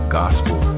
gospel